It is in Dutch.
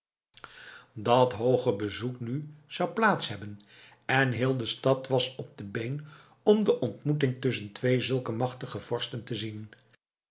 dat hooge bezoek nu zou plaats hebben en heel de stad was op de been om de ontmoeting tusschen twee zulke machtige vorsten te zien